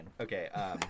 Okay